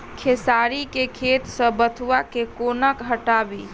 खेसारी केँ खेत सऽ बथुआ केँ कोना हटाबी